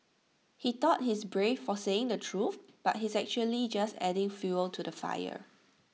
he thought he's brave for saying the truth but he's actually just adding fuel to the fire